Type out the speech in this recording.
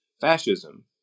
fascism